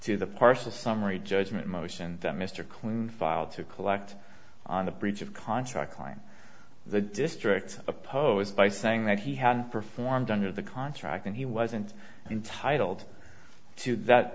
to the partial summary judgment motion that mr clinton filed to collect on a breach of contract line the district opposed by saying that he had performed under the contract and he wasn't entitled to that